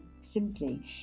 simply